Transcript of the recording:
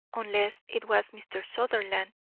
unless it was mr. sutherland,